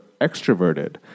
extroverted